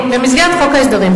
במסגרת חוק ההסדרים,